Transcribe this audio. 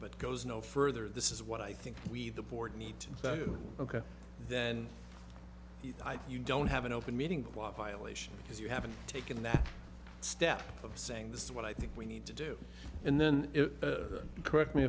but goes no further this is what i think we the board need to do ok then you don't have an open meeting violation because you haven't taken that step of saying this is what i think we need to do and then correct me